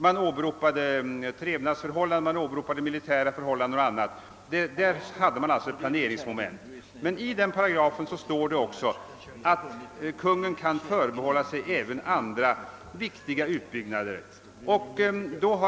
Man åberopade trevnadsförhållanden, militära förhållanden och annat. Där hade man alltså ett planeringsmoment. Men i den paragrafen står det också att Kungl. Maj:t kan förbehålla sig att få avgöra även andra viktiga utbyggnader.